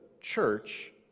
church